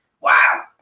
wow